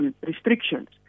restrictions